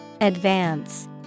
Advance